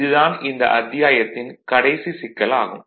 இது தான் இந்த அத்தியாயத்தின் கடைசி சிக்கல் ஆகும்